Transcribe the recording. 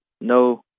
No